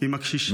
ועם הקשישים.